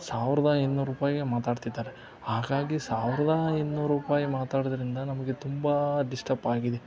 ಸಾವಿರದ ಇನ್ನೂರು ರೂಪಾಯಿಗೆ ಮಾತಾಡ್ತಿದ್ದಾರೆ ಹಾಗಾಗಿ ಸಾವಿರದ ಇನ್ನೂರು ರೂಪಾಯಿ ಮಾತಾಡಿದ್ರಿಂದ ನಮಗೆ ತುಂಬ ಡಿಸ್ಟಬ್ ಆಗಿದೆ